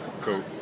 Cool